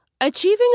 Achieving